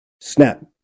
snap